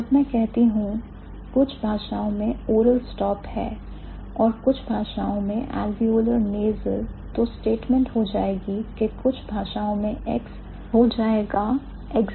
जब मैं कहती हूं कुछ भाषाओं में oral stop है और कुछ भाषाओं में alveolar nasal तो statement हो जाएगी के कुछ भाषाओं में X हो जाएगा existential